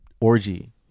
orgy